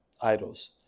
idols